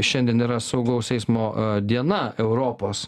šiandien yra saugaus eismo diena europos